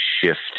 shift